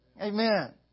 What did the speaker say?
Amen